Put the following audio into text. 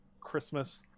Christmas